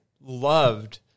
loved